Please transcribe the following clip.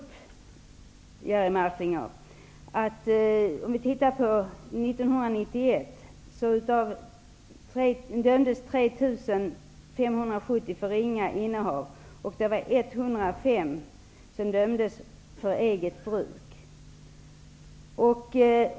personer för ringa innehav. 105 personer dömdes för eget bruk.